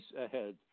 ahead